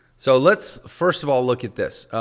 so let's first of all, look at this.